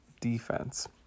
defense